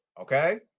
Okay